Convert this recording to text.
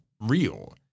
real